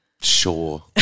sure